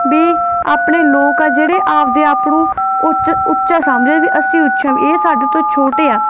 ਵੀ ਆਪਣੇ ਲੋਕ ਆ ਜਿਹੜੇ ਆਪਦੇ ਆਪ ਨੂੰ ਉੱਚਾ ਉੱਚਾ ਸਮਝਦੇ ਵੀ ਅਸੀਂ ਉੱਚਾ ਵੀ ਇਹ ਸਾਡੇ ਤੋਂ ਛੋਟੇ ਆ